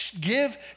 give